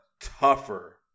tougher